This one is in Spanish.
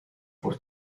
por